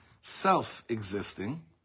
self-existing